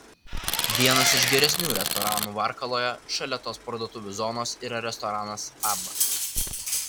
vienas iš geresnių restoranų varkaloje šalia tos parduotuvių zonos yra restoranas abba